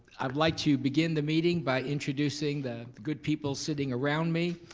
i'd like to begin the meeting by introducing the good people sitting around me,